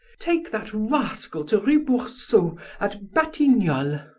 take that rascal to rue boursault at batignolles!